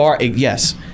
Yes